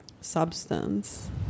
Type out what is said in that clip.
substance